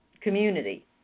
community